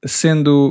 sendo